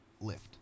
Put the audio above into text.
lift